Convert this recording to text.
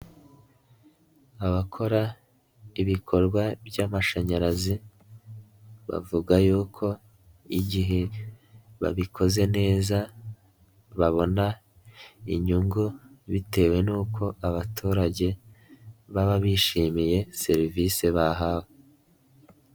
Abakora ibikorwa by'amashanyarazi, bavuga y'uko igihe babikoze neza babona inyungu bitewe n'uko abaturage baba bishimiye serivisi bahawe.